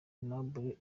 aimable